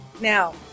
Now